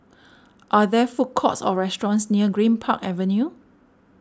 are there food courts or restaurants near Greenpark Avenue